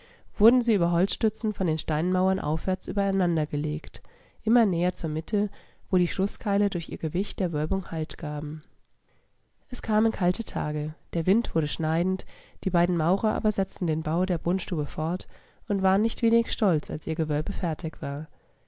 wurden sie über holzstützen von den steinmauern aufwärts übereinandergelegt immer näher zur mitte wo die schlußkeile durch ihr gewicht der wölbung halt gaben es kamen kalte tage der wind wurde schneidend die beiden maurer aber setzten den bau der brunnstube fort und waren nicht wenig stolz als ihr gewölbe fertig war